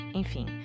enfim